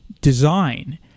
design